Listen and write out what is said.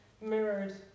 mirrored